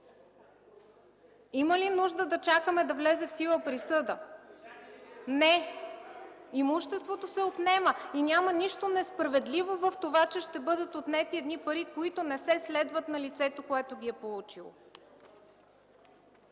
Има ли нужда да чакаме да влезе в сила присъда? (Шум и реплики.) Не! Имуществото се отнема и няма нищо несправедливо в това, че ще бъдат отнети едни пари, които не се следват на лицето, което ги е получило.